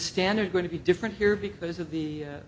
standard going to be different here because of the